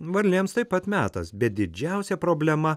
varlėms taip pat metas bet didžiausia problema